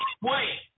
Wait